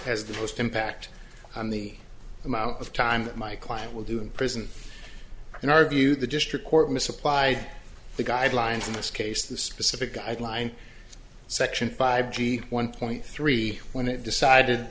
has the most impact on the amount of time that my client will do in prison in our view the district court misapplied the guidelines in this case the specific guideline section five g one point three when it decided